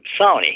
Sony